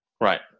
Right